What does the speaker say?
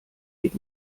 geht